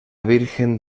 virgen